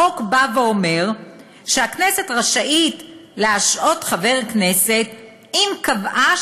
החוק בא ואומר "הכנסת רשאית להשעות חבר כנסת אם קבעה